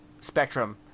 spectrum